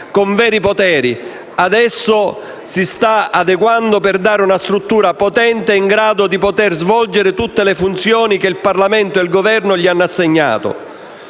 con veri poteri. Adesso essa si sta adeguando per dotarsi di una struttura potente e in grado di svolgere tutte le funzioni che il Parlamento e il Governo le hanno assegnato.